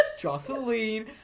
Jocelyn